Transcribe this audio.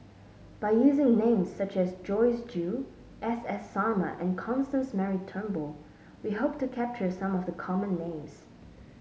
by using names such as Joyce Jue S S Sarma and Constance Mary Turnbull we hope to capture some of the common names